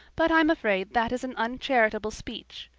but i'm afraid that is an uncharitable speech.